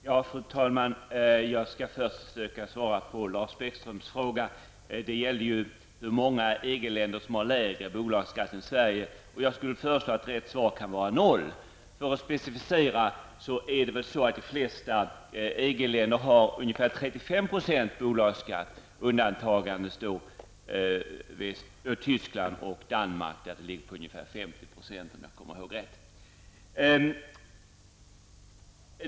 Fru talman! Jag skall försöka svara på Lars Bäckströms fråga som gällde hur många EG-länder som har lägre bolagsbeskattning än Sverige. Jag skulle föreslå att rätta svaret är 0. För att specificera: De flesta av EG-länderna har ungefär Danmark, där den ligger på ungefär 50 %, om jag minns rätt.